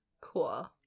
Cool